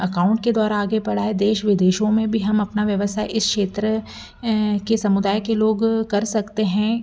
account के द्वारा आगे बढ़ाएँ देश विदेशों में भी हम अपना व्यवसाय इस क्षेत्र के समुदाय के लोग कर सकते हैं